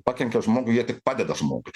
pakenkia žmogui jie tik padeda žmogui